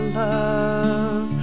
love